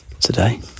today